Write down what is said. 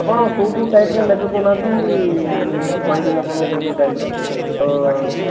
ଆପଣ କୋଉ କୋଉ ଟାଇପ୍ର ନେବେ କହୁନାହାନ୍ତି ମୁଁ କହିଦେବି ଆପଣଙ୍କୁ କୋଉ କୋଉ ଟାଇପ୍ର